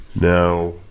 now